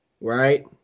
right